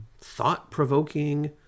thought-provoking